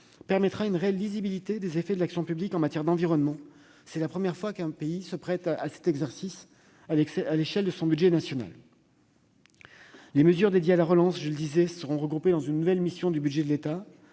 offrira une réelle visibilité des effets de l'action publique en matière d'environnement. C'est la première fois qu'un pays se prête à cet exercice à l'échelle de son budget national. Les mesures dédiées à la relance seront donc regroupées dans une nouvelle mission du budget de l'État,